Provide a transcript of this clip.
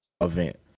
event